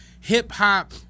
hip-hop